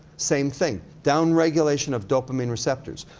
same thing, down regulation of dopamine receptors.